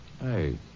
Hey